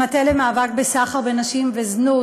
המטה למאבק בסחר בנשים ובזנות,